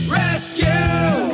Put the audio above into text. rescue